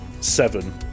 seven